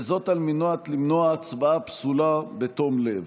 וזאת על מנת למנוע הצבעה פסולה בתום לב.